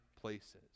places